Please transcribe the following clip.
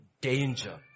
danger